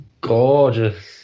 gorgeous